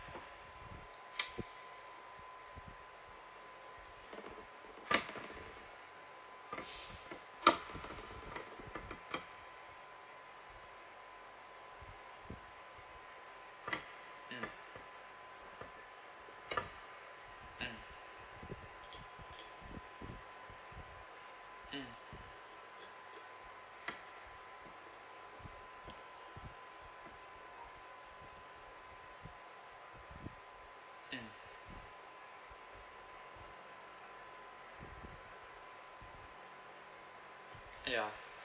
mm mm ya